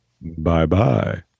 bye-bye